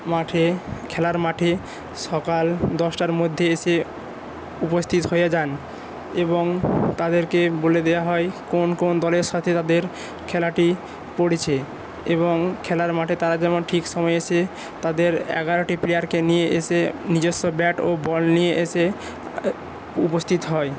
মাঠে খেলার মাঠে সকাল দশটার মধ্যে এসে উপস্থিত হয়ে যান এবং তাদেরকে বলে দেওয়া হয় কোন কোন দলের সাথে তাদের খেলাটি পড়েছে এবং খেলার মাঠে তারা যেমন ঠিক সময় এসে তাদের এগারোটি প্লেয়ারকে নিয়ে এসে নিজস্ব ব্যাট ও বল নিয়ে এসে উপস্থিত হয়